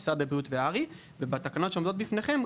משרד הבריאות והר"י ובתקנות שעומדות בפניכם,